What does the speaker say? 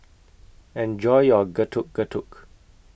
Enjoy your Getuk Getuk